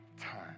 time